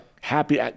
Happy